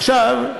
עכשיו,